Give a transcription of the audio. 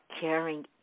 caring